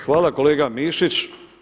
Hvala kolega Mišić.